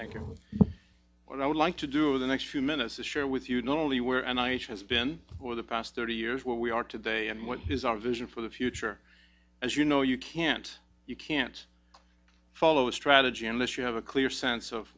thank you what i would like to do in the next few minutes is share with you know only where and ice has been for the past thirty years what we are today and what is our vision for the future as you know you can't you can't follow a strategy unless you have a clear sense of